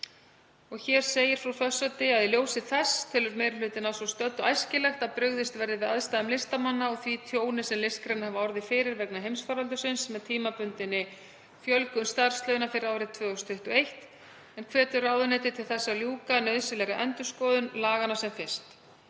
á þeim vettvangi. Í ljósi þess telur meiri hlutinn að svo stöddu æskilegt að brugðist verði við aðstæðum listamanna og því tjóni sem listgreinar hafa orðið fyrir vegna heimsfaraldursins með tímabundinni fjölgun starfslauna fyrir árið 2021 en hvetur ráðuneytið til þess að ljúka nauðsynlegri endurskoðun laganna sem fyrst.